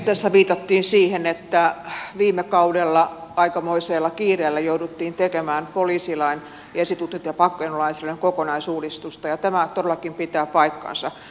tässä viitattiin siihen että viime kaudella aikamoisella kiireellä jouduttiin tekemään poliisilain esitutkinta ja pakkokeinolainsäädännön kokonaisuudistusta ja tämä todellakin pitää paikkansa